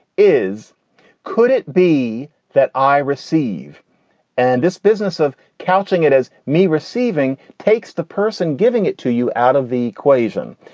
is could it be that i receive and this business of couching it as me receiving takes the person giving it to you out of the equation?